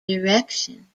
direction